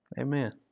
Amen